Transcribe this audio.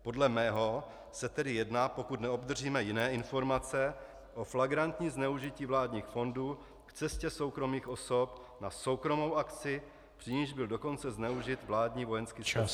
Podle mého se tedy jedná, pokud neobdržíme jiné informace, o flagrantní zneužití vládních fondů k cestě soukromých osob na soukromou akci, k níž byl dokonce zneužit vládní vojenský speciál.